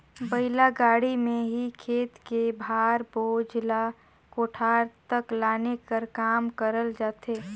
बइला गाड़ी मे ही खेत ले भार, बोझा ल कोठार तक लाने कर काम करल जाथे